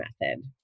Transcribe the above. method